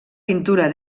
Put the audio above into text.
pintura